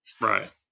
Right